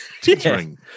Teetering